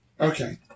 Okay